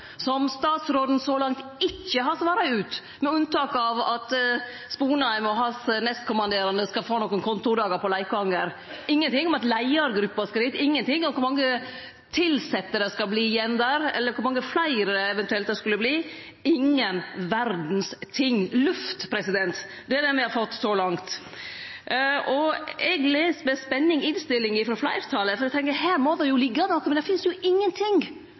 som statsråden så langt ikkje har svara ut, med unntak av at Lars Sponheim og hans nestkommanderande skal få nokre kontordagar på Leikanger. Ingen ting om at leiargruppa skal dit, ingenting om kor mange tilsette det skal verte igjen der, eller kor mange fleire det eventuelt skal verte, ingen ting i verda. Berre luft! Det er det me har fått så langt. Eg las med spenning innstillinga frå fleirtalet, for eg tenkte at her må det liggje noko. Men det finst jo ingenting